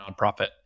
nonprofit